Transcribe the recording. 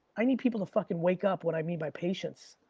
i need people to fucking wake up, what i mean by patience.